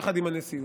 יחד עם הנשיאות,